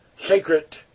sacred